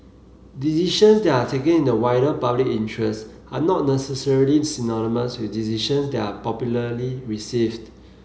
decisions that are taken in the wider public interest are not necessarily synonymous with decisions that are popularly received